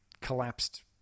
collapsed